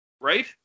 Right